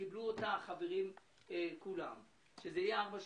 שקיבלו החברים כולם היא ארבע שנים.